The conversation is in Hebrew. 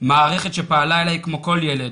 מערכת שפעלה אלי כמו כל ילד,